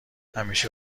همیشه